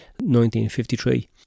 1953